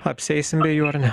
apsieisim be jų ar ne